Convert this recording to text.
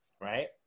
right